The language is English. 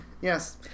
Yes